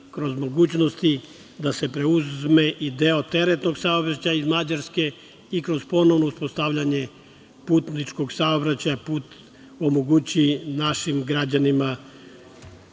kroz mogućnosti da se preuzme i deo teretnog saobraćaja iz Mađarske i kroz ponovno uspostavljanje putničkog saobraćaja put omogući našim građanima